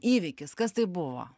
įvykis kas tai buvo